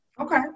Okay